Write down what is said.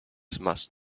must